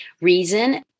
reason